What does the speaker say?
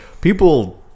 people